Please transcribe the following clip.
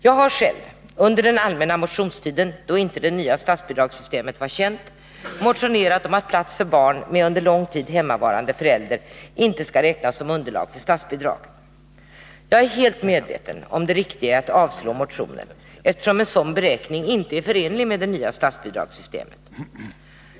Jag har själv under den allmänna motionstiden, då det nya statsbidragssystemet inte var känt, motionerat om att plats för barn med under lång tid hemmavarande förälder inte skall räknas som underlag för statsbidrag. Jag är helt medveten om det riktiga i att avslå motionen, eftersom en sådan beräkning inte är förenlig med det nya statsbidragssystemet.